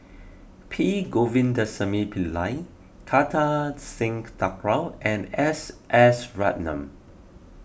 P Govindasamy Pillai Kartar Singh Thakral and S S Ratnam